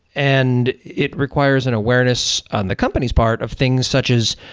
and it requires an awareness on the company's part of things such as,